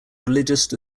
religious